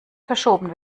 verschoben